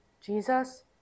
Jesus